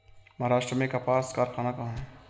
महाराष्ट्र में कपास कारख़ाना कहाँ है?